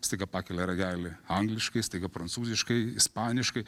staiga pakelia ragelį angliškai staiga prancūziškai ispaniškai